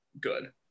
good